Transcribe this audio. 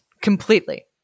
completely